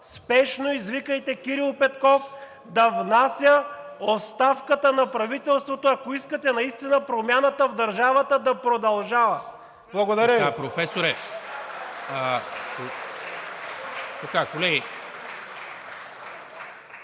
Спешно извикайте Кирил Петков да внася оставката на правителството, ако искате наистина промяната в държавата да продължава. Благодаря Ви. (Ръкопляскания